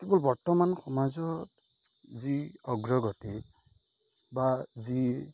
বৰ্তমান সমাজত যি অগ্ৰগতি বা যি